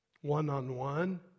one-on-one